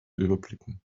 überblicken